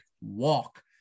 walk